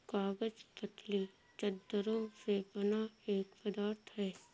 कागज पतली चद्दरों से बना एक पदार्थ है